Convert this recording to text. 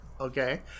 okay